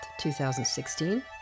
2016